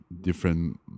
different